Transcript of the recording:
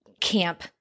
camp